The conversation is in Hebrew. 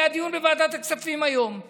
היה היום דיון בוועדת הכספים על אלף